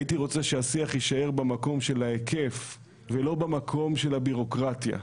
הייתי רוצה שהשיח יישאר במקום של ההיקף ולא במקום של הבירוקרטיה.